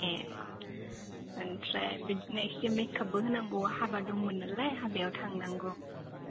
ए ओमफ्राय बिदिनो एसे मेकापबो होनांगौ हाबा दंमोन नालाय हाबायाव थांनांगौ